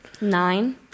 Nine